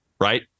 right